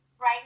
Right